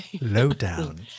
lowdown